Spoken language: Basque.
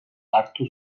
hartu